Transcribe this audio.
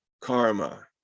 karma